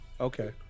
Okay